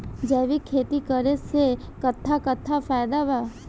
जैविक खेती करे से कट्ठा कट्ठा फायदा बा?